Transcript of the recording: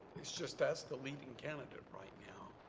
it's just that's the leading candidate right now.